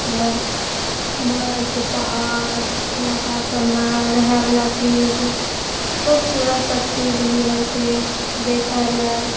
झर बर्फ पहाड़ इलाका सबमे रहैवला चीज खूबसूरत सबचीज मिलै छै देखैलए